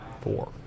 Four